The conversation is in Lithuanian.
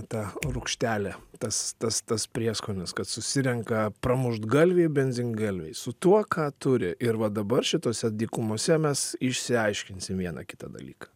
ta rūgštelė tas tas tas prieskonis kad susirenka pramuštgalviai benzingalviai su tuo ką turi ir va dabar šitose dykumose mes išsiaiškinsim vieną kitą dalyką